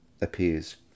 appears